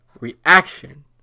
reaction